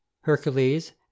Hercules